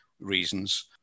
reasons